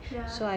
ya